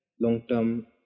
long-term